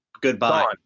Goodbye